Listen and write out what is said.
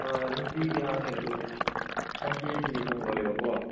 ꯑꯥ ꯅꯨꯡꯇꯤꯒꯤꯗꯤ ꯍꯥꯡꯉꯦ ꯑꯗꯣ ꯁꯟꯗꯦꯁꯤꯗꯤ ꯊꯣꯡ ꯂꯣꯜꯂꯦꯕꯀꯣ